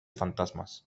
fantasmas